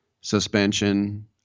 suspension